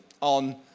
on